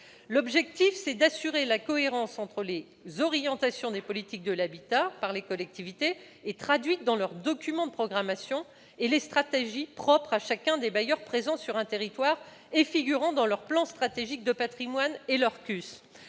L'objectif est d'assurer la cohérence entre les orientations des politiques locales de l'habitat décidées par les collectivités et traduites dans leurs documents de programmation et les stratégies propres à chacun des bailleurs présents sur un territoire figurant dans leur plan stratégique de patrimoine et leur CUS.